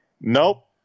Nope